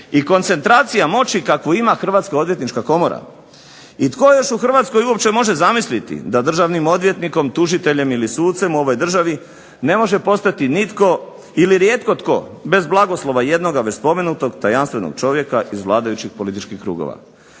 i koncentracija moći kakvu ima Hrvatska odvjetnička komora. I tko još u Hrvatskoj uopće može zamisliti da državnim odvjetnikom, tužiteljem ili sucem u ovoj državi ne može postati nitko, ili rijetko tko bez blagoslova jednoga već spomenutog tajanstvenog čovjeka iz vladajućih političkih krugova.